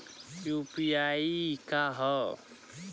UPI का ह?